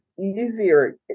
easier